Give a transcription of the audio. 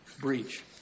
breach